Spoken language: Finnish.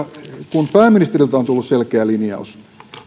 kun pääministeriltä on tullut selkeä linjaus